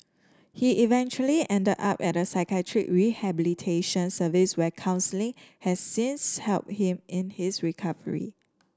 he eventually ended up at a psychiatric rehabilitation service where counselling has since help him in his recovery